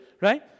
right